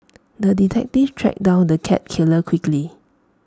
the detective tracked down the cat killer quickly